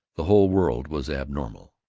the whole world was abnormal.